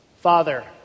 Father